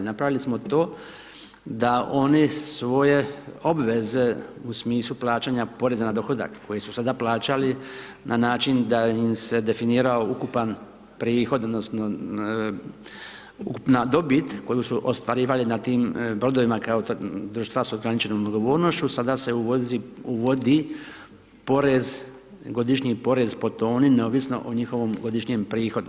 Napravili smo to, da oni svoje obveze u smislu plaćanja poreza na dohodak, koji su sada plaćali, na način da im se definira ukupan prihod, odnosno, ukupna dobit, koju su ostvarivali na tim brodovima kao društva sa ograničenom odgovornošću, sada se uvodi godišnji porez po toni, neovisno o njihovom godišnjem prihodu.